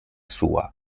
sua